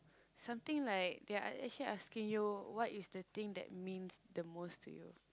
something like they are actually asking you what is the thing that means the most to you